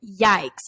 yikes